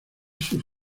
sus